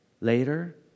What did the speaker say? later